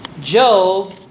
Job